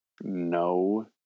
No